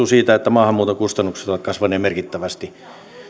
siitä että maahanmuuton kustannukset ovat kasvaneet merkittävästi